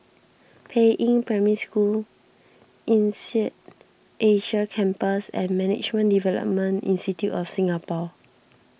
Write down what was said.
Peiying Primary School Insead Asia Campus and Management Development Institute of Singapore